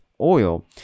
oil